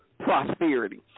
prosperity